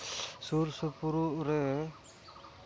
ᱥᱩᱨᱼᱥᱩᱯᱩᱨ ᱨᱮ